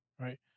Right